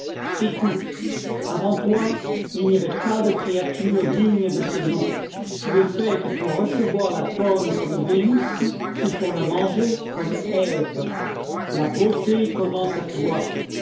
écoute avant toi il n'y avait pas de créature digne de ce nom tu es faite pour recevoir la pomme comme vénus ou pour la manger comme ève la beauté commence à toi